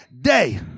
day